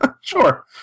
Sure